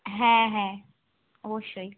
হ্যাঁ হ্যাঁ অবশ্যই